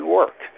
work